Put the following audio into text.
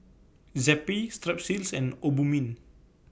Zappy Strepsils and Obimin